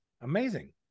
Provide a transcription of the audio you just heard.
Amazing